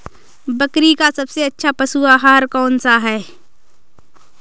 बकरी का सबसे अच्छा पशु आहार कौन सा है?